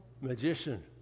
Magician